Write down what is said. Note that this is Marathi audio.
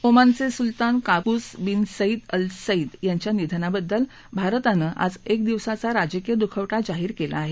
ओमानचे सुलतान Qaboos bin Said al Said यांच्या निधनाबद्दल भारतानं आज एक दिवसाचा राजकीय दुखवटा जाहीर केला आहे